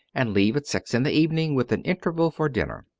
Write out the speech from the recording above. and leave at six in the evening, with an interval for dinner.